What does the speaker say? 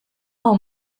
all